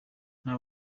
nta